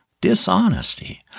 dishonesty